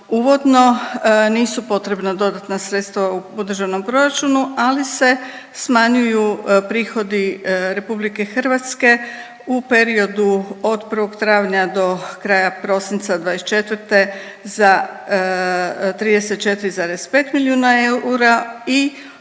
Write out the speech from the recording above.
uvodno, nisu potrebna dodatna sredstva u Državnom proračunu, ali se smanjuju prihodi RH u periodu od 1. travnja do kraja prosinca '24. za 34,5 milijuna eura i